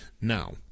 Now